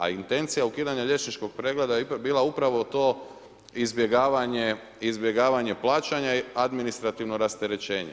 A intencija ukidanja liječničkog pregleda je bila upravo to izbjegavanje plaćanja i administrativno rasterećenje.